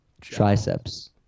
triceps